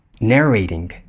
narrating